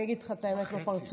אני אגיד לך את האמת בפרצוף,